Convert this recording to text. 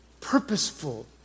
purposeful